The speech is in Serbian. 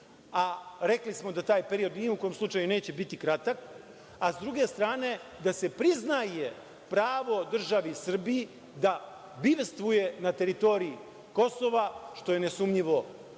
a rekli smo da taj period ni u kom slučaju neće biti kratak, a s druge strane da se priznaje pravo državi Srbiji da bivstvuje na teritoriji Kosova, što je nesumnjivo